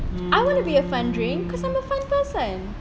fine I wanna be a fun drink because I am a fun person